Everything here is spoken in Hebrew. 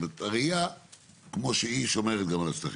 זאת אומרת, הרעייה כמו שהיא גם שומרת על השטחים.